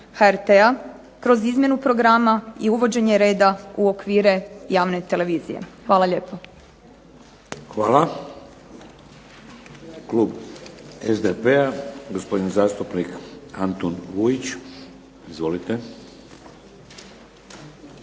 HRT-a kroz izmjenu programa i uvođenje reda u okvire javne televizije. Hvala lijepo. **Šeks, Vladimir (HDZ)** Hvala. Klub SDP-a gospodin zastupnik Antun Vujić, izvolite.